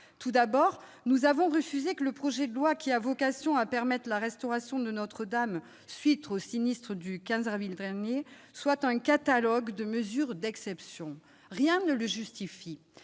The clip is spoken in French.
Tout d'abord, nous avons refusé que ce projet de loi, qui a vocation à permettre la restauration de Notre-Dame après le sinistre du 15 avril dernier, soit un catalogue de mesures d'exception. Rien ne le justifie